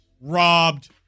robbed